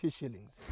shillings